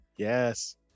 yes